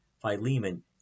Philemon